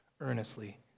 earnestly